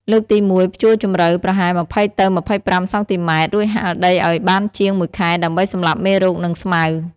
លើកទី១ ភ្ជួរជំរៅប្រហែល ២០ ទៅ ២៥ សង់ទីម៉ែត្រ រួចហាលដីឲ្យបានជាង ១ ខែ ដើម្បីសម្លាប់មេរោគ និងស្មៅ។